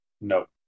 No